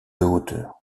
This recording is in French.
hauteur